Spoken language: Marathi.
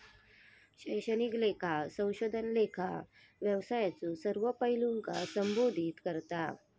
शैक्षणिक लेखा संशोधन लेखा व्यवसायाच्यो सर्व पैलूंका संबोधित करता